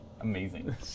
Amazing